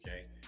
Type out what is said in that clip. okay